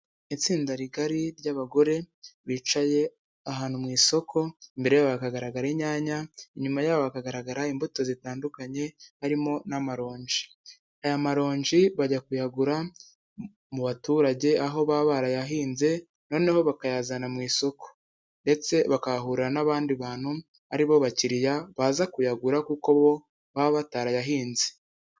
Itsinda rigari ry'abagore bicaye ahantu mu isoko, imbere yabo hakagaragara inyanya, inyuma yabo hakagaragara imbuto zitandukanye harimo n'amaronji. Aya maronji bajya kuyagura mu baturage aho baba barayahinze, noneho bakayazana mu isoko ndetse bakahahurira n'abandi bantu ari bo bakiriya baza kuyagura, kuko bo baba batarayahinze.